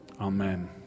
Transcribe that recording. Amen